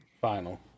Final